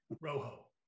Rojo